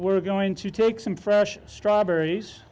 we're going to take some fresh strawberries